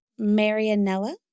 Marianella